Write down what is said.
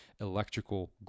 electrical